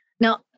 Now